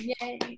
yay